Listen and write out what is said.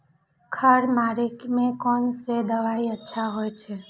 खर मारे के कोन से दवाई अच्छा होय छे?